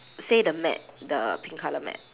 say the mat the pink colour mat